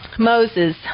Moses